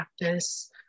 practice